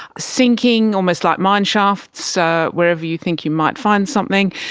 sinking almost like mine shafts ah wherever you think you might find something.